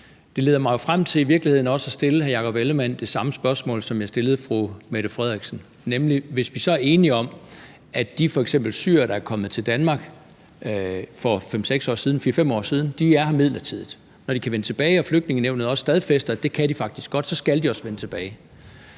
virkeligheden også frem til at stille hr. Jakob Ellemann-Jensen det samme spørgsmål, som jeg stillede fru Mette Frederiksen, nemlig: Hvis vi er enige om, at f.eks. de syrere, der er kommet til Danmark for 4-5 år siden, er her midlertidigt, og at de, når de kan vende tilbage og Flygtningenævnet stadfæster, at det kan de faktisk godt, så også skal vende tilbage,